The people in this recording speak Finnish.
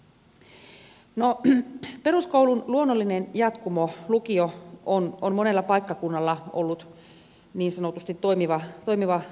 no peruskoulun luonnollinen jatkumo lukio on monella paikkakunnalla ollut niin sanotusti toimiva paketti